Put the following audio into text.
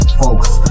folks